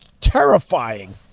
terrifying